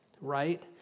Right